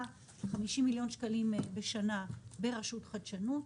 ו-50 מיליון שקלים בשנה ברשות החדשנות.